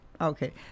Okay